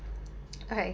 okay